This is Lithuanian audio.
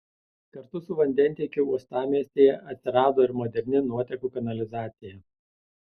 kartu su vandentiekiu uostamiestyje atsirado ir moderni nuotekų kanalizacija